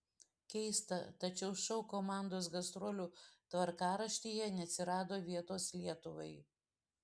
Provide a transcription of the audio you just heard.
keista tačiau šou komandos gastrolių tvarkaraštyje neatsirado vietos lietuvai